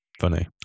funny